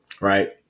right